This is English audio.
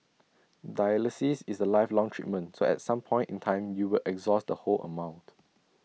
dialysis is A lifelong treatment so at some point in time you will exhaust the whole amount